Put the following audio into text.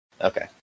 Okay